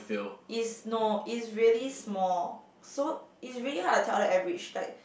is no is really small so is really hard to tell the average like